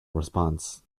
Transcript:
response